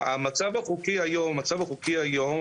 המצב החוקי היום,